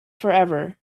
forever